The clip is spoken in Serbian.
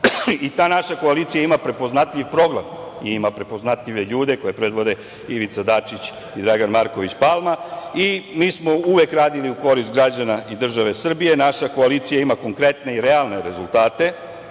Ta naša koalicija ima prepoznatljiv program, ima prepoznatljive ljude koji predvode Ivica Dačić i Dragan Marković Palma. Mi smo uvek radili u korist građana i države Srbije. Naša koalicija ima konkretne i realne rezultate.